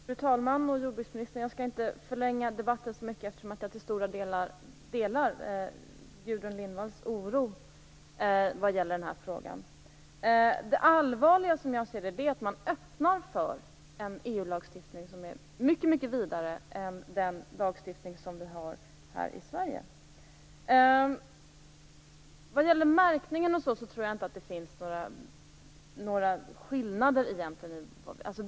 Fru talman! Jordbruksministern! Jag skall inte förlänga debatten så mycket, eftersom jag i stort delar Gudrun Lindvalls oro för den här frågan. Det allvarliga, som jag ser det, är att man öppnar för en EU-lagstiftning som är mycket vidare än den lagstiftning vi har här i Sverige. Vad gäller märkningen tror jag inte att det egentligen finns några meningsskillnader.